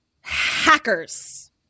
Hackers